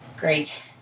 Great